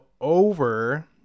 over